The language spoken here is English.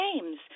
James